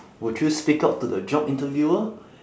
would you speak up to the job interviewer